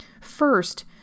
First